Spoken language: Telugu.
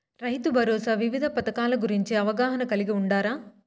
రైతుభరోసా వివిధ పథకాల గురించి అవగాహన కలిగి వుండారా?